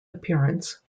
appearance